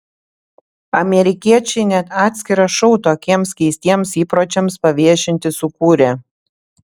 amerikiečiai net atskirą šou tokiems keistiems įpročiams paviešinti sukūrė